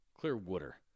Clearwater